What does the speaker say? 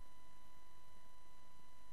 בקיומם